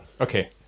Okay